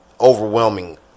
overwhelming